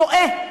טועה,